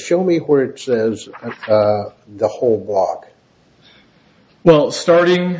show me where it says the whole block well starting